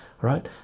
right